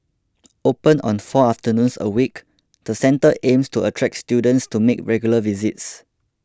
open on four afternoons a week the centre aims to attract students to make regular visits